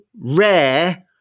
rare